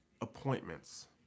appointments